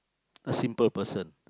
a simple person